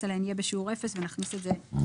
סליחה, קנאביס נחשב כתכשיר.